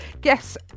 Guess